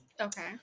Okay